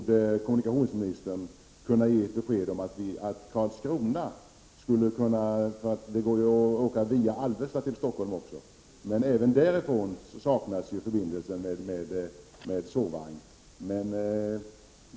Det går att åka till Stockholm via Alvesta också, men även därifrån saknas förbindelser med sovvagn.